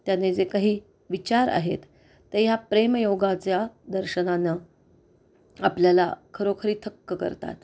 त्याने जे काही विचार आहेत ते ह्या प्रेमयोगाच्या दर्शनानं आपल्याला खरोखरी थक्क करतात